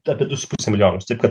apie du su puse milijonus taip kad